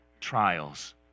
trials